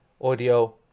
audio